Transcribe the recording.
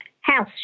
house